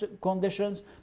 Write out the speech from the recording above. conditions